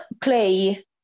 play